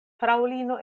fraŭlino